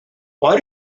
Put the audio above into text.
why